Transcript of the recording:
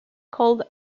called